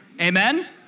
Amen